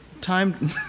time